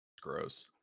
Gross